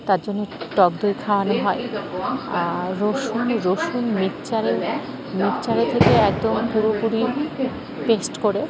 তার জন্যে টক দই খাওয়ানো হয় আর রসুন রসুন মিক্সচারে মিক্সচারে থেকে একদম পুরোপুরি পেস্ট করে